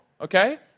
Okay